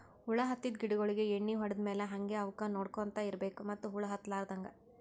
ಹುಳ ಹತ್ತಿದ್ ಗಿಡಗೋಳಿಗ್ ಎಣ್ಣಿ ಹೊಡದ್ ಮ್ಯಾಲ್ ಹಂಗೆ ಅವಕ್ಕ್ ನೋಡ್ಕೊಂತ್ ಇರ್ಬೆಕ್ ಮತ್ತ್ ಹುಳ ಹತ್ತಲಾರದಂಗ್